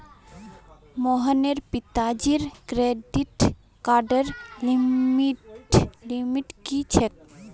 मोहनेर पिताजीर क्रेडिट कार्डर लिमिट की छेक